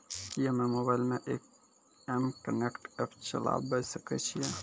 कि हम्मे मोबाइल मे एम कनेक्ट एप्प चलाबय सकै छियै?